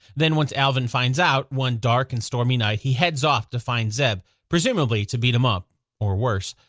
then, once alvin finds out, one dark and stormy night he heads off to find zeb presumably to beat him up or worse.